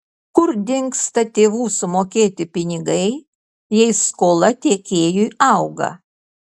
kur dingsta tėvų sumokėti pinigai jei skola tiekėjui auga